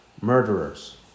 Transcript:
murderers